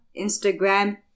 Instagram